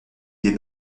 des